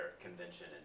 convention